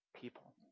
people